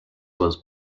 was